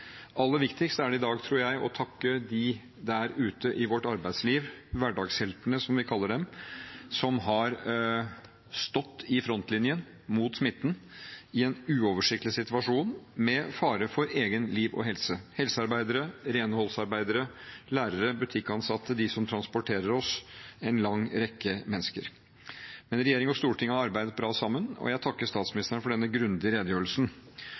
Aller viktigst er det i dag, tror jeg, å takke de der ute i vårt arbeidsliv – hverdagsheltene, som vi kaller dem – som har stått i frontlinjen mot smitten i en uoversiktlig situasjon med fare for eget liv og egen helse: helsearbeidere, renholdsarbeidere, lærere, butikkansatte, de som transporterer oss, en lang rekke mennesker. Men regjering og storting har arbeidet bra sammen, og jeg takker statsministeren for denne grundige redegjørelsen.